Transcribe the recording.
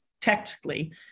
tactically